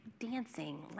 dancing